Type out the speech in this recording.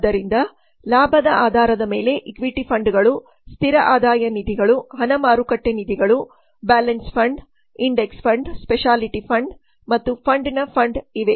ಆದ್ದರಿಂದ ಲಾಭದ ಆಧಾರದ ಮೇಲೆ ಈಕ್ವಿಟಿ ಫಂಡ್ಗಳು ಸ್ಥಿರ ಆದಾಯ ನಿಧಿಗಳು ಹಣ ಮಾರುಕಟ್ಟೆ ನಿಧಿಗಳು balance fund index fund speciality fund ಮತ್ತು ಫಂಡನ ಫಂಡ್ ಇವೆ